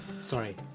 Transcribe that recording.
Sorry